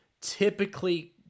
typically